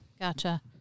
Gotcha